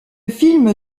film